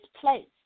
place